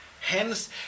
Hence